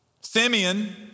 Simeon